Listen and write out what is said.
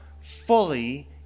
fully